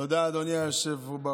תודה, אדוני היושב-ראש.